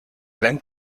gran